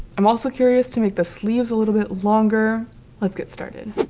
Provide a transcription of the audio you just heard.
i'm also curious to make the sleeves a little bit longer let's get started.